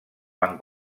van